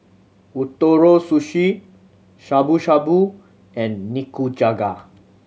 Ootoro Sushi Shabu Shabu and Nikujaga